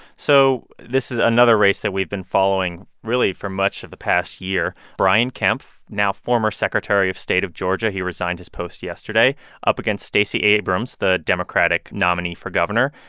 so this is another race that we've been following, really, for much of the past year. brian kemp, now former secretary of state of georgia he resigned his post yesterday up against stacey abrams, the democratic nominee for governor.